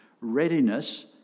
readiness